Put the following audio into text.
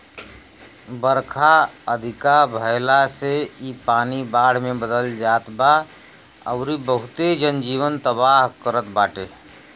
बरखा अधिका भयला से इ पानी बाढ़ में बदल जात बा अउरी बहुते जन जीवन तबाह करत बाटे